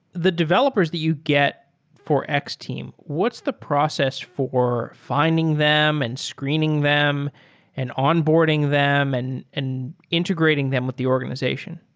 the developers the you get for x-team, what's the process for fi nding them and screening them and on-boarding them and and integrating them with the organization?